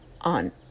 on